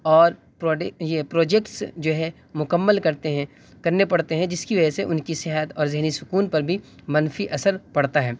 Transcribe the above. اور یہ پروجیکٹس جو ہے مکمل کرتے ہیں کرنے پڑتے ہیں جس کی وجہ سے ان کی صحت اور ذہنی سکون پر بھی منفی اثر پڑتا ہے